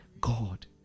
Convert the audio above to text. God